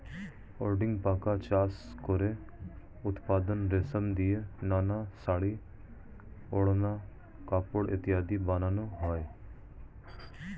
গুটিপোকা চাষ করে উৎপন্ন রেশম দিয়ে নানা শাড়ী, ওড়না, কাপড় ইত্যাদি বানানো হয়